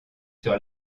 sur